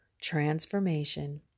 transformation